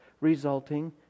resulting